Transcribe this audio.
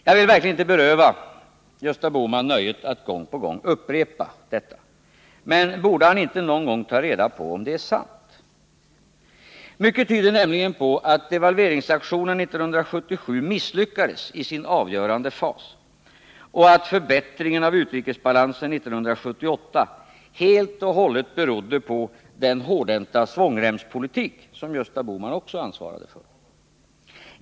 Jag vill verkligen inte beröva Gösta Bohman nöjet att gång på gång upprepa detta. Men borde han inte någon gång ta reda på om det är sant? Mycket tyder nämligen på att devalveringsaktionen 1977 misslyckades i sin avgörande fas och att förbättringen av utrikesbalansen 1978 helt och hållet berodde på den hårdhänta svångremspolitik som Gösta Bohman också ansvarade för.